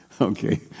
Okay